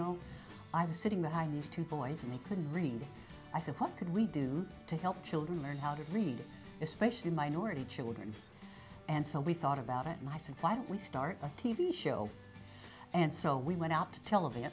know i was sitting behind these two boys and they couldn't read i said what could we do to help children learn how to read especially minority children and so we thought about it and i said why don't we start a t v show and so we went out to tel